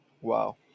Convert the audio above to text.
Wow